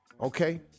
Okay